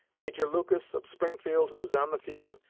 major lucas, of springfield, who was on the field,